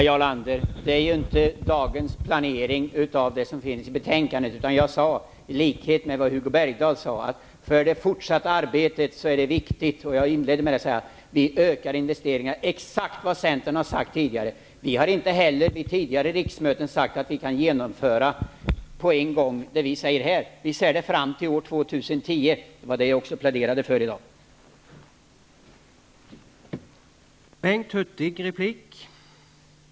Herr talman! Snälla Jarl Lander, i likhet med Hugo Bergdahl har jag sagt att det för det fortsatta arbetet är viktigt -- jag inledde med att tala om det -- att vi ökar investeringarna. Det är exakt vad Centern tidigare har sagt. Inte heller under tidigare riksmöten har vi sagt att vi på en gång kan genomföra det vi talar om här. Vi säger att det här gäller fram till år 2010, och det är vad jag tidigare i dag har pläderat för.